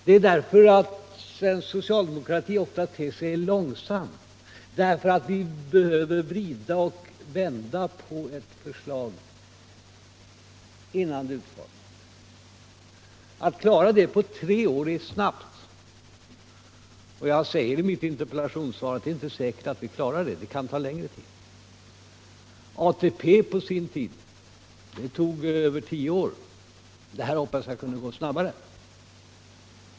Det är därför den svenska socialdemokratin ofta ter sig långsam. Vi behöver vrida och vända på ett förslag innan den slutliga utformningen blir klar. Att klara detta på tre år är snabbt. Jag säger i mitt interpellationssvar att det inte är säkert om vi klarar det på den tiden utan att det kan dröja längre. Förslaget om ATP tog på sin tid över tio år att arbeta fram. I det här fallet hoppas jag att det kan gå snabbare.